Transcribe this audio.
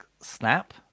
snap